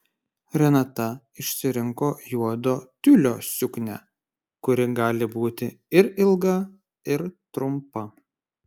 renata išsirinko juodo tiulio suknią kuri gali būti ir ilga ir trumpa